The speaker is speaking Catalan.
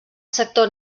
sector